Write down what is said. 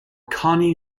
connie